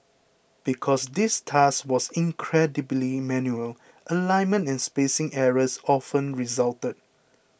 because this task was incredibly manual alignment and spacing errors often resulted